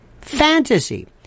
fantasy